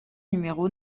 numéro